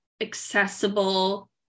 accessible